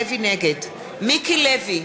נגד מיקי לוי,